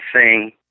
sing